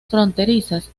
fronterizas